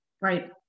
right